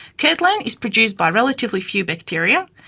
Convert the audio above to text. curdlan is produced by relatively few bacteria,